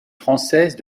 française